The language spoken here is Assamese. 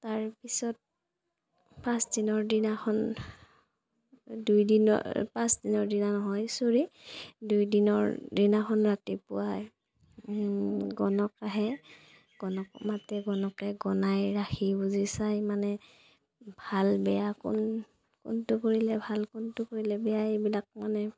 তাৰপিছত পাঁচদিনৰ দিনাখন দুইদিনৰ পাঁচদিনৰ দিনা নহয় চ'ৰি দুইদিনৰ দিনাখন ৰাতিপুৱা গণক আহে গণক মাতে গণকে গণাই ৰাশি বুজি চাই মানে ভাল বেয়া কোন কোনটো কৰিলে ভাল কোনটো কৰিলে বেয়া এইবিলাক মানে